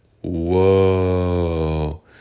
whoa